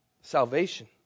Salvation